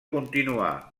continuà